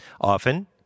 Often